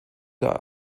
der